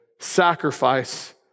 sacrifice